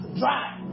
drive